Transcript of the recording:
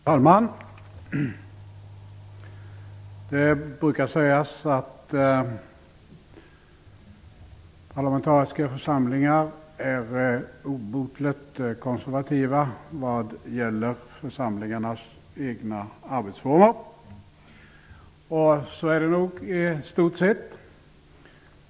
Herr talman! Det brukar sägas att parlamentariska församlingar är obotligt konservativa vad gäller församlingarnas egna arbetsformer. Så är det nog i stort sett.